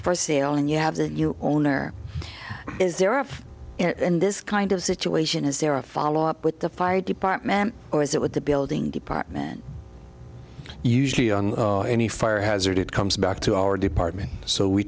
for sale and you have the owner is there are in this kind of situation is there a follow up with the fire department or is it with the building department usually on any fire hazard it comes back to our department so we